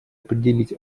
определить